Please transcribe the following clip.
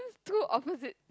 two opposite